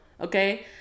okay